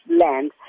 land